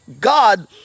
God